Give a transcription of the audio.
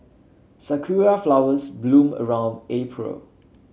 sakura flowers bloom around April